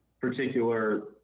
particular